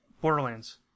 Borderlands